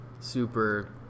super